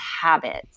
Habits